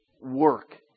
work